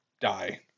die